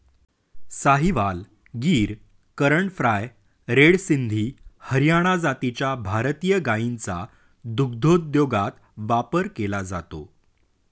Sahiwal, Gir, Karan Fries, red Sindhi, Haryana जातीच्या भारतीय गायींचा दुग्धोद्योगात वापर केला जातो